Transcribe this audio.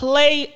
Play